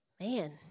man